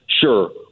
sure